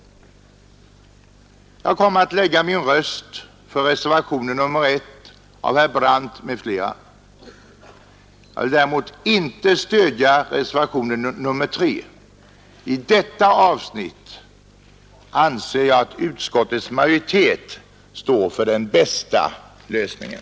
Jag kommer att lägga min röst för reservationen 1 av herr Brandt m.fl. Jag vill däremot inte stödja reservationen 3. I detta avsnitt anser jag att utskottsmajoriteten står för den bästa lösningen.